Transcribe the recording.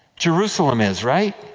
jerusalem is, right?